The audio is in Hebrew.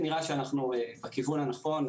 ובאמת, נראה שאנחנו בכיוון הנכון.